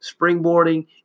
springboarding